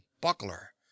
buckler